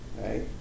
right